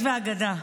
האיש והאגדה,